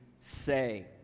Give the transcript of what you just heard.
say